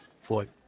Floyd